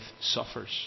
suffers